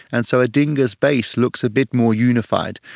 and so odinga's base looks a bit more unified,